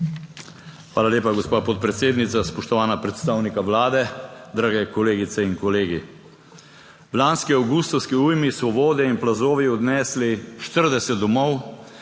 Hvala lepa, gospa podpredsednica. Spoštovana predstavnika Vlade, dragi kolegice in kolegi! V lanski avgustovski ujmi so vode in plazovi odnesli 40 domov,